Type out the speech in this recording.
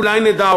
אולי נדע,